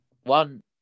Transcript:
one